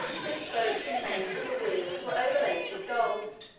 the spokes and naves of the wheels were overlaid with gold,